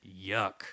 Yuck